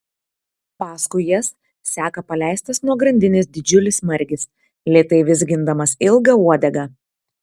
paskui jas seka paleistas nuo grandinės didžiulis margis lėtai vizgindamas ilgą uodegą